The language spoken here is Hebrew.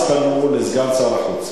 אז פנו לסגן שר החוץ.